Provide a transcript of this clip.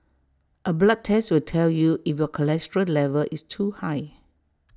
A blood test will tell you if your cholesterol level is too high